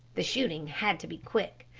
the shooting had to be quick.